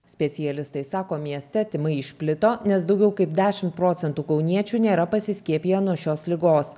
specialistai sako mieste tymai išplito nes daugiau kaip dešimt procentų kauniečių nėra pasiskiepiję nuo šios ligos